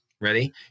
Ready